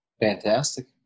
Fantastic